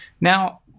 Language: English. Now